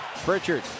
Pritchard